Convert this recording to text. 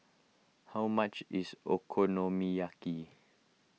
how much is Okonomiyaki